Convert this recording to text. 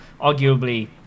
arguably